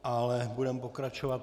Ale budeme pokračovat.